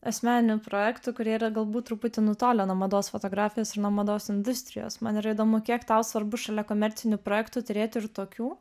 asmeninių projektų kurie yra galbūt truputį nutolę nuo mados fotografijos ir nuo mados industrijos man yra įdomu kiek tau svarbu šalia komercinių projektų turėti ir tokių